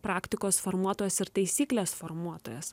praktikos formuotojas ir taisyklės formuotojas